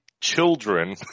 children